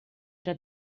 era